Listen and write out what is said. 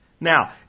Now